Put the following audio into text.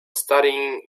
studying